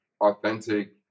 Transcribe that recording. authentic